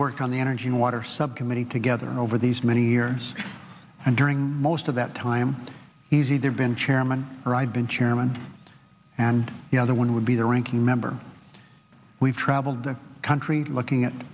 worked on the energy and water subcommittee together over these many years and during most of that time he's either been chairman or i've been chairman and the other one would be the ranking member we've traveled the country looking at